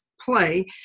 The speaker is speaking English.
play